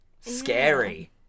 Scary